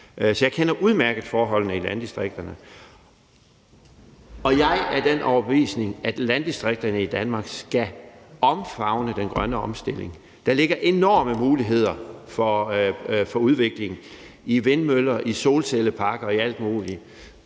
så jeg kender udmærket forholdene i landdistrikterne. Og jeg er af den overbevisning, at landdistrikterne i Danmark skal omfavne den grønne omstilling. Der ligger enorme muligheder for udvikling i vindmøller, i solcelleparker og alt muligt